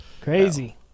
crazy